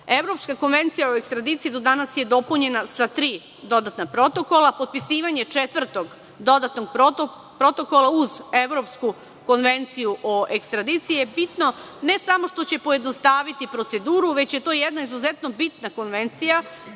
Evropska konvencija o ekstradiciji do danas je dopunjena sa tri dodatna protokola. Potpisivanje četvrtog dodatnog protokola uz Evropsku konvenciju o ekstradiciji je bitno, ne samo što će pojednostaviti proceduru, već je to jedna izuzetno bitna konvencija